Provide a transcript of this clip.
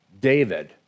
David